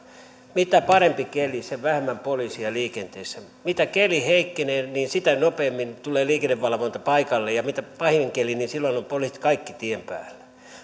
mitä parempi keli sen vähemmän poliiseja liikenteessä mitä enemmän keli heikkenee niin sitä nopeammin tulee liikennevalvonta paikalle ja kun on pahin keli niin silloin ovat kaikki poliisit tien päällä